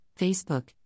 Facebook